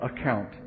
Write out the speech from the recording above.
account